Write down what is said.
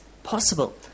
possible